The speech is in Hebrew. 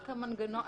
רק המנגנון.